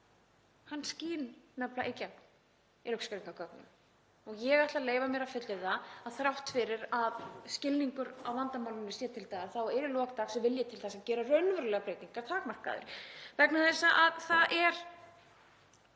skín nefnilega í gegn í lögskýringargögnum. Ég ætla að leyfa mér að fullyrða að þrátt fyrir að skilningur á vandamálinu sé til staðar þá er í lok dags vilji til þess að gera raunverulegar breytingar takmarkaður vegna þess að það er